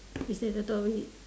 it's the total opposite